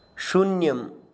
शून्यम्